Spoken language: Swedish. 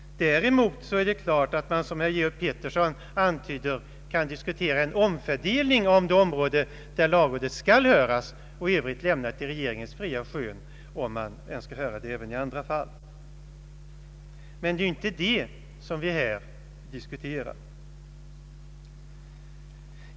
Däremot är det klart att man, som herr Georg Pettersson antyder, kan diskutera en omfördelning av området där lagrådet skall höras och i övrigt lämna till regeringens fria skön att avgöra om den vill höra det även i andra fall. Men det är inte den saken vid diskuterar i dag.